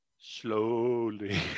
slowly